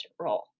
role